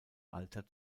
alter